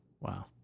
Wow